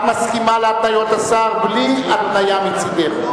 את מסכימה להצעת השר, בלי התניה מצדך?